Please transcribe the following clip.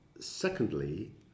Secondly